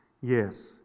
Yes